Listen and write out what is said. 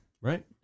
Right